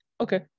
Okay